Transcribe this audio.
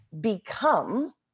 become